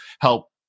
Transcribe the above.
help